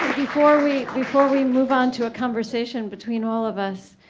before we before we move on to a conversation between all of us.